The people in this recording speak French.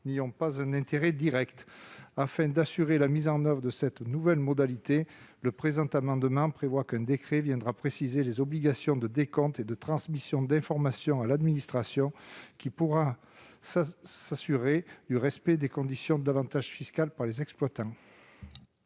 n'y ont pas un intérêt direct. Afin d'assurer la mise en oeuvre de cette nouvelle modalité, cet amendement tend à prévoir qu'un décret viendra préciser les obligations de décompte et de transmission d'informations à l'administration, qui permettront d'assurer le respect des conditions de l'avantage fiscal par les exploitants.